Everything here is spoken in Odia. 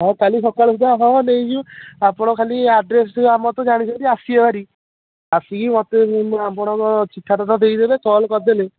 ହଁ କାଲି ସକାଳ ସୁଦ୍ଧା ହଁ ନେଇଯିବେ ଆପଣ ଖାଲି ଆଡ଼୍ରେସ୍ ଆମର ତ ଜାଣିଛନ୍ତି ଆସିବେ ଭାରି ଆସିକି ମୋତେ ଆପଣଙ୍କ ଚିଠାଟା ତ ଦେଇଦେବେ କଲ୍ କରିଦେଲେ